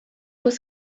was